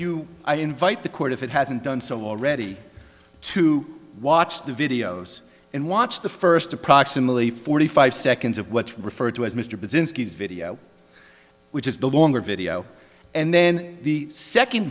you invite the court if it hasn't done so already to watch the videos and watch the first approximately forty five seconds of what's referred to as mr brzezinski video which is the longer video and then the second